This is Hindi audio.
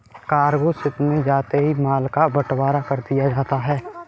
कार्गो शिप में जाते ही माल का बंटवारा कर दिया जाता है